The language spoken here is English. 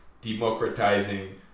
democratizing